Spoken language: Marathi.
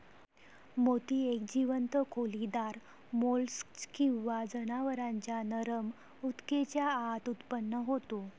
मोती एक जीवंत खोलीदार मोल्स्क किंवा जनावरांच्या नरम ऊतकेच्या आत उत्पन्न होतो